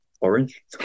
orange